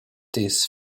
this